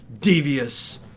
devious